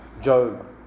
Job